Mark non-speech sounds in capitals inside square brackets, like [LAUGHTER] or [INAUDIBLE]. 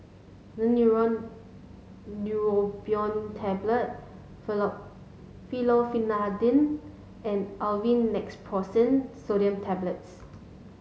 Daneuron Neurobion Tablet [UNINTELLIGIBLE] Fexofenadine and Aleve Naproxen Sodium Tablets